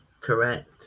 Correct